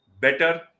better